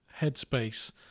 headspace